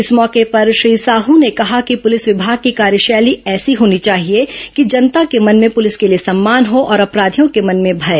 इस मौके पर श्री साह ने कहा कि पुलिस विभाग की कार्यशैली ऐसी होनी चाहिए कि जनता के मन में पुलिस के लिए सम्मान हो और अपराधियों के मन में भय